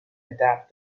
adapt